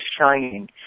shining